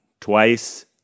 twice